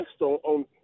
on